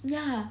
ya